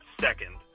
second